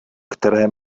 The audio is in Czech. které